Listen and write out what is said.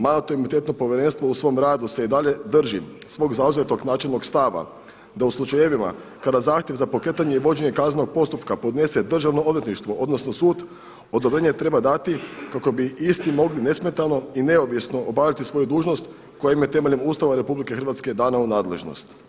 Mandatno-imunitetno povjerenstvo u svom radu se i dalje drži svog zauzetog načelnog stava da u slučajevima kada zahtjev za pokretanje i vođenje kaznenog postupka podnese Državno odvjetništvo odnosno sud odobrenje treba dati kako bi isti mogli nesmetan i neovisno obavljati svoju dužnost koja im je temeljem Ustava RH dana u nadležnost.